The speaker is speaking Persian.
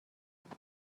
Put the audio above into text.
است